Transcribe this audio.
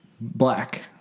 black